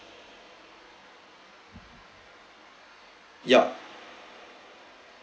yup